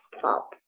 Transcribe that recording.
pop